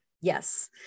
Yes